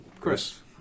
Chris